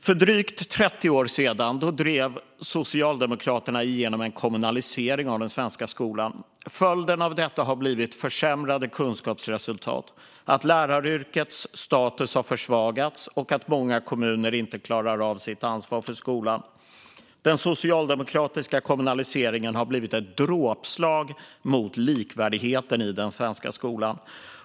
För drygt 30 år sedan drev Socialdemokraterna igenom en kommunalisering av den svenska skolan. Följden av detta har blivit försämrade kunskapsresultat, att läraryrkets status har försvagats och att många kommuner inte klarar av sitt ansvar för skolan. Den socialdemokratiska kommunaliseringen har blivit ett dråpslag mot likvärdigheten i den svenska skolan.